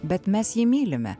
bet mes jį mylime